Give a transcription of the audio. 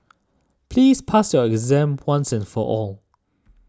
please pass your exam once and for all